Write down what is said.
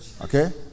Okay